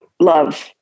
love